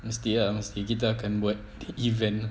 mesti ah mesti kita akan buat event